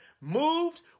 moved